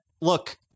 look